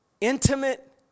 intimate